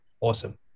Awesome